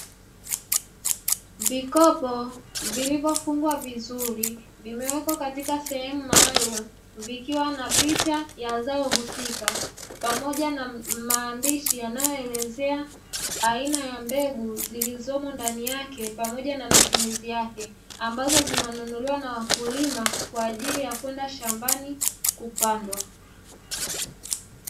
Vikopo vilivyofungwa vizuri vimeweka katika sehemu maalumu, vkiwa na picha ya zao husika pamoja na maandishi yanayoelezea aina ya mbegu zilizomo ndani yake pamoja na matumizi yake, ambazo zinanunuliwa na wakulima kwa ajili kwenda shambani kupandwa.